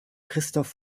christoph